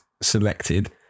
selected